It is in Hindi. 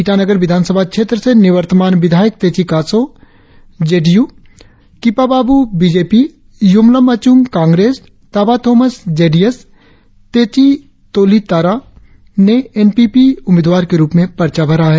ईटानगर विधान सभा क्षेत्र से निवर्तमान विधायक Techi Kaso J D U Kipa Babu B J P Yumlam Achung Congress Taba Thomas J D S Techi Toli Tara ने एन पी पी उम्मीदवार के रुप में पर्चा भरा है